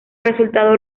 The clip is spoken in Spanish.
resultado